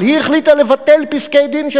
אבל היא החליטה לבטל פסקי-דין של